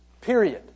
Period